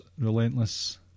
relentless